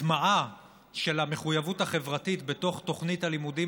להטמעה של המחויבות החברתית בתוך תוכנית הלימודים